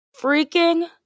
freaking